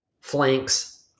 flanks